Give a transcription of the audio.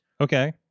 Okay